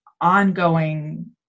ongoing